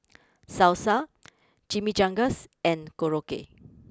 Salsa Chimichangas and Korokke